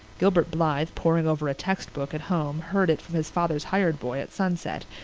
gilbert blythe, poring over a text book at home, heard it from his father's hired boy at sunset,